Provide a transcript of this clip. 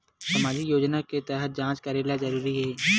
सामजिक योजना तहत जांच करेला जरूरी हे